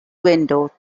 window